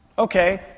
Okay